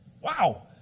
wow